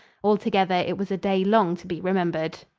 altogether, it was a day long to be remembered.